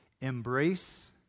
embrace